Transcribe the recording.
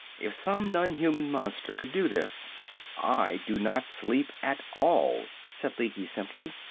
if some non-human monster could do this i do not sleep at all, said lecky simply.